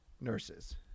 nurses